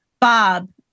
Bob